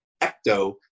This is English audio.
Ecto